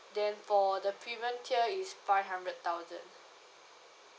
then for the premium tier is five hundred thousand